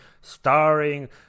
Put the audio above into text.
starring